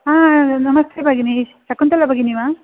हा नमस्ते भगिनि शकुन्तला भगिनी वा